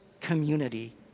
community